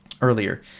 earlier